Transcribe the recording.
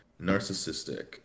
narcissistic